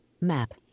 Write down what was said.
map